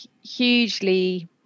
hugely